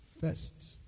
First